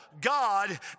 God